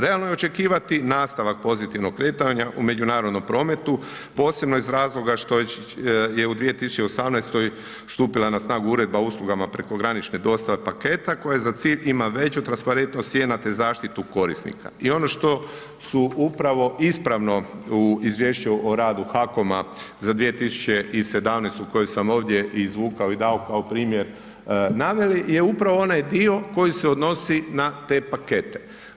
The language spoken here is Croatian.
Realno je očekivati nastavak pozitivnog kretanja u međunarodnom prometu, posebno iz razloga što je u 2018. stupila na snagu Uredba o uslugama prekogranične dostave paketa koja za cilj ima veći transparentnost cijena te zaštitu korisnika i ono što su upravo ispravno u Izvješću o radu HAKOM-a za 2017. koju sam ovdje izvukao i dao kao primjer naveli je upravo onaj bio koji se odnosi na te pakete.